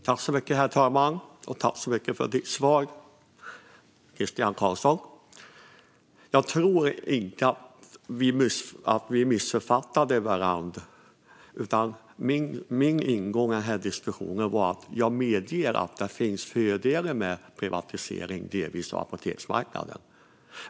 Herr talman! Tack så mycket för svaret, Christian Carlsson! Jag tror inte att vi missuppfattade varandra, utan min ingång i diskussionen var att jag medger att det delvis finns fördelar med privatisering av apoteksmarknaden.